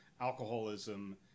alcoholism